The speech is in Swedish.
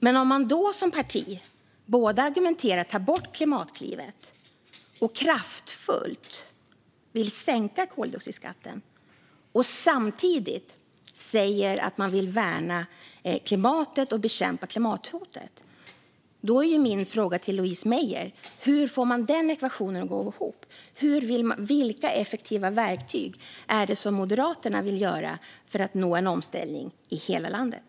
Men om man som parti både argumenterar för att ta bort Klimatklivet och kraftigt vill sänka koldioxidskatten och samtidigt säger att man vill värna klimatet och bekämpa klimathotet är min fråga till Louise Meijer: Hur får man den ekvationen att gå ihop? Vilka effektiva verktyg är det som Moderaterna vill använda för att nå en omställning i hela landet?